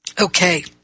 Okay